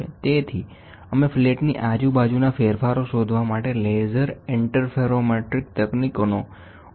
તેથી અમે ફ્લેટની આજુ બાજુના ફેરફારો શોધવા માટે લેસર ઇંટરફેરોમેટ્રિક તકનીકોનો ઉપયોગ કરીએ છીએ